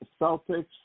Celtics